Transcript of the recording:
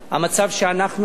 המצב שאנחנו,